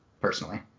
personally